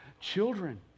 children